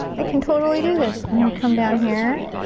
i can totally do this! i'm gonna come down here.